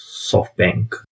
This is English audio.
SoftBank